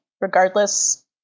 regardless